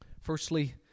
Firstly